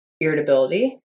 irritability